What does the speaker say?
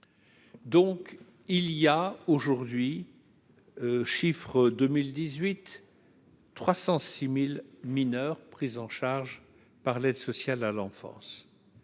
donc il y a aujourd'hui, chiffres 2018 306000 mineurs pris en charge par l'Aide sociale à l'enfance,